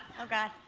okay.